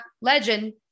legend